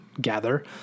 gather